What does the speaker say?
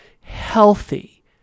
healthy